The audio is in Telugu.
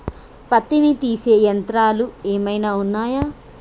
పత్తిని తీసే యంత్రాలు ఏమైనా ఉన్నయా?